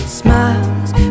smile's